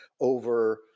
over